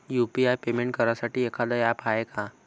UPI payment करासाठी एखांद app हाय का?